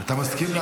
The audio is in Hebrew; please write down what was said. אתה מסכים להתניות?